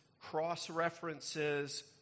cross-references